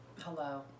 hello